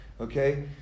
Okay